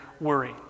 worry